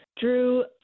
drew